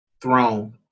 throne